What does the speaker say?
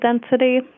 density